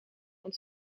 want